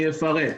אני אפרט: